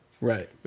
Right